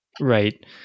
Right